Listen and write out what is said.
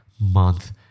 month